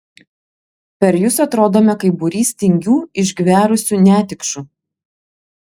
per jus atrodome kaip būrys tingių išgverusių netikšų